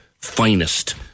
finest